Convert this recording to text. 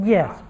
Yes